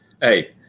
Hey